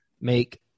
make